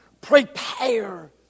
prepare